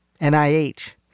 NIH